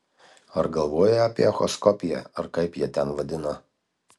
ar galvojai apie echoskopiją ar kaip jie ten vadina